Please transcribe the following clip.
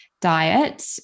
diet